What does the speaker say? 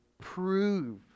prove